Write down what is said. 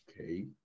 Okay